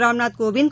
Ramnath Kovind